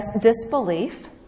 disbelief